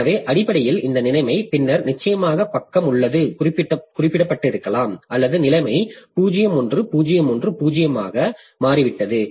எனவே அடிப்படையில் இந்த நிலைமை பின்னர் நிச்சயமாக பக்கம் உள்ளது குறிப்பிடப்பட்டிருக்கலாம் அல்லது நிலைமை 0 1 0 1 0 ஆக மாறிவிட்டது